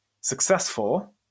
successful